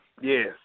Yes